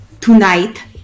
tonight